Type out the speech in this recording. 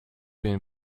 been